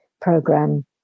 program